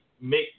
make